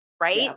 right